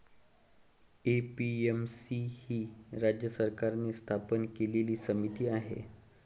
APMC ही राज्य सरकारने स्थापन केलेली समिती आहे